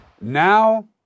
Now